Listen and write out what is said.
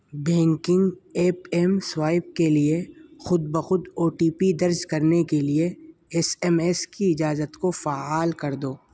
banking app M swipe کے لیے خود بہ خود او ٹی پی درج کرنے کے لیے ایس ایم ایس کی اجازت کو فعال کر دو